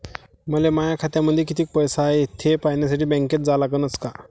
मले माया खात्यामंदी कितीक पैसा हाय थे पायन्यासाठी बँकेत जा लागनच का?